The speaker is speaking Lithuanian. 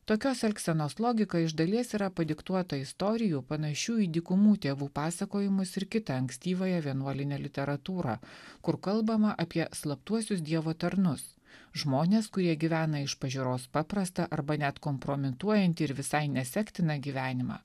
tokios elgsenos logika iš dalies yra padiktuota istorijų panašių į dykumų tėvų pasakojimus ir kitą ankstyvąją vienuolinę literatūrą kur kalbama apie slaptuosius dievo tarnus žmones kurie gyvena iš pažiūros paprastą arba net kompromituojantį ir visai nesektiną gyvenimą